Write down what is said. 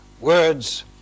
words